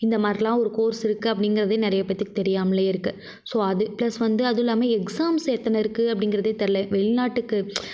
இந்த மாதிரிலாம் ஒரு கோர்ஸ் இருக்குது அப்படிங்கறத நிறைய பேருத்துக்கு தெரியாமலே இருக்குது ஸோ அது ப்ளஸ் வந்து அதுவும் இல்லாமல் எக்ஸாம்ஸ் எத்தனை இருக்குது அப்படிங்கறதே தெரில வெளி நாட்டுக்கு